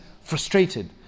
frustrated